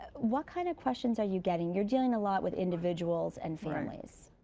what kind of questions are you getting? you're dealing a lot with individuals and families.